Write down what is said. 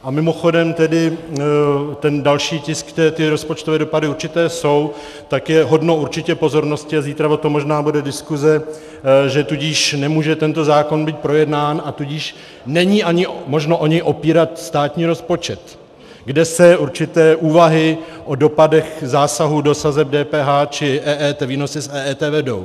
A mimochodem ten další tisk, kde ty rozpočtové dopady určité jsou, tak je hoden určitě pozornosti a zítra o tom možná bude diskuse, že tudíž nemůže tento zákon být projednán, a tudíž není ani možno o něj opírat státní rozpočet, kde se určité úvahy o dopadech zásahu do sazeb DPH či EET, výnosy z EET, vedou.